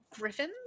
griffins